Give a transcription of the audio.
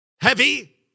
heavy